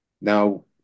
Now